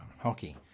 hockey